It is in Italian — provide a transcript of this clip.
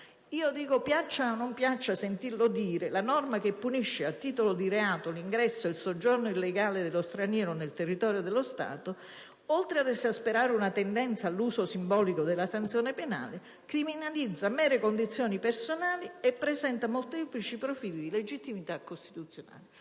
Piaccia o non piaccia sentirlo dire, la norma che punisce a titolo di reato l'ingresso e il soggiorno illegale dello straniero nel territorio dello Stato, oltre ad esasperare una tendenza all'uso simbolico della sanzione penale, criminalizza mere condizioni personali e presenta molteplici profili di illegittimità costituzionale.